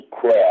crap